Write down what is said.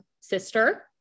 sister